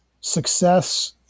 success